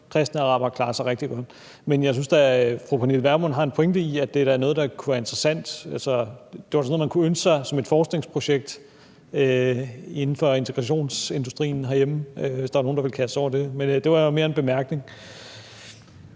kristne arabere klarer sig rigtig godt. Jeg synes, at fru Pernille Vermund har en pointe i, at det da er noget, der kunne være interessant, altså at det var sådan noget, man kunne ønske sig som et forskningsprojekt inden for integrationsindustrien herhjemme – hvis der var nogen, der ville kaste sig over det. Men det var mere en bemærkning.